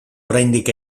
oraindik